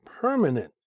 permanent